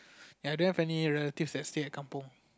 ya I don't have any relatives that stay at Kampung